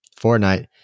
Fortnite